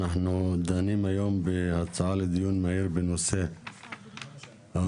אנחנו דנים היום בהצעה לדיון מהיר בנושא ההחלטה